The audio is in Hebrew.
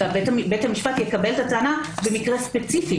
בית המשפט יקבל את הטענה במקרה ספציפי.